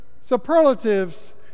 superlatives